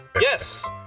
yes